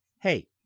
Hey